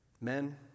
Men